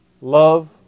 Love